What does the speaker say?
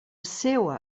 seua